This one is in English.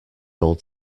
old